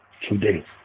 today